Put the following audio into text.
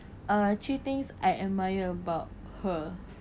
uh actually I admire about her